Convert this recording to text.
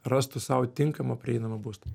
rastų sau tinkamą prieinamą būstą